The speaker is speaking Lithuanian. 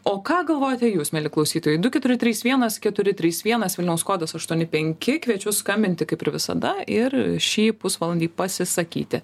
o ką galvojate jūs mieli klausytojai du keturi trys vienas keturi trys vienas vilniaus kodas aštuoni penki kviečiu skambinti kaip ir visada ir šį pusvalandį pasisakyti